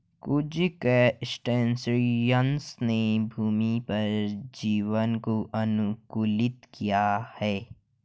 कुछ क्रस्टेशियंस ने भूमि पर जीवन को अनुकूलित किया है